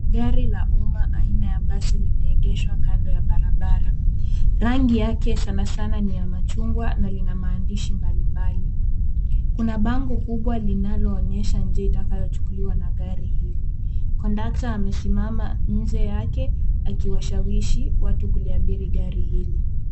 Gari la umma aina la basi limeegeshwa kando ya barabara. Rangi yake sanasana ni ya machungwa na lina maandishi mbalimbali. Kuna bango kubwa linaloonyesha njia itakayochukuliwa na gari hili. Kondakta amesimama nje yake akiwashawishi watu kuliabiri gari hili.